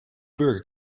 burger